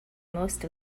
most